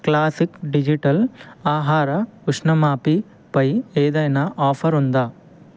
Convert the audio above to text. classic digital ఆహార ఉష్ణమాపిపై ఏదైనా ఆఫరుందా